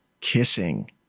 kissing